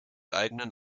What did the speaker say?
eigenen